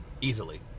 easily